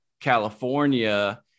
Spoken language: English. California